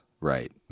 right